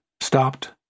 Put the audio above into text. stopped